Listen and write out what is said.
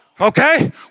Okay